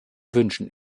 wünschen